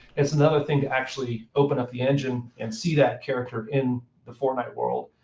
it's another thing to actually open up the engine, and see that character in the fortnite world,